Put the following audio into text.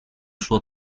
suo